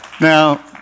Now